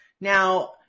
Now